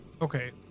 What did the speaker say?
okay